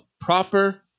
proper